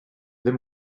them